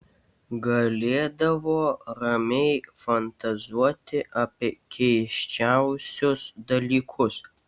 galėdavo ramiai fantazuoti apie keisčiausius dalykus